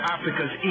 Africa's